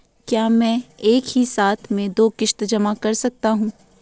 क्या मैं एक ही साथ में दो किश्त जमा कर सकता हूँ?